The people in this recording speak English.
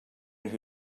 who